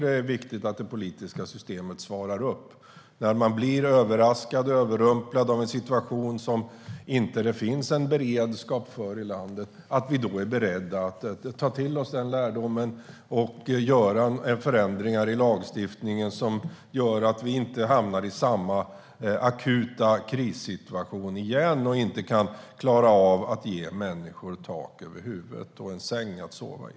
Det är viktigt att det politiska systemet tar ansvar när vi blir överraskade och överrumplade av en situation som det inte finns beredskap för i landet, att vi tar till oss lärdomen och gör förändringar i lagstiftningen så att vi inte hamnar i samma akuta krissituation igen och inte klarar att ge människor tak över huvudet och en säng att sova i.